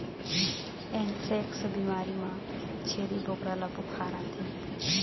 anthrax बिमारी म छेरी बोकरा ल बुखार आथे